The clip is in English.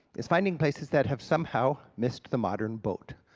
is finding places that have somehow missed the modern boat.